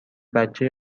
بچه